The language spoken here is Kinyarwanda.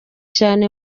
cyane